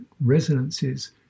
resonances